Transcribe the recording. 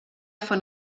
von